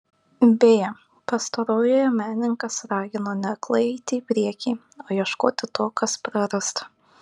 beje pastarojoje menininkas ragino ne aklai eiti į priekį o ieškoti to kas prarasta